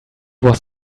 was